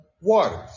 waters